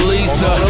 Lisa